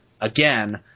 again